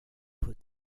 put